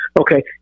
Okay